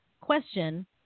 Question